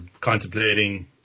contemplating